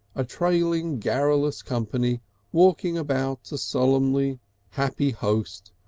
a trailing garrulous company walking about a solemnly happy host,